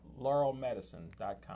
laurelmedicine.com